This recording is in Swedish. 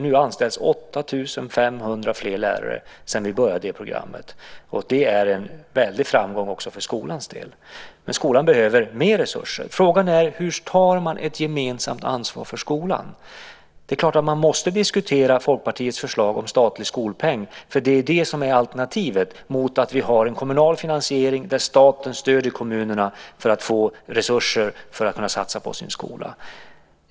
Nu anställs 8 500 fler lärare sedan vi började programmet, och det är en väldig framgång också för skolans del. Skolan behöver mer resurser. Frågan är hur man tar ett gemensamt ansvar för skolan. Det är klart att man måste diskutera Folkpartiets förslag om statlig skolpeng, för det är det som är alternativet till att vi har en kommunal finansiering där staten stöder kommunerna för att de ska få resurser för att kunna satsa på sin skola.